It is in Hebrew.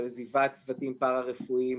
של עזיבת צוותים פרא-רפואיים,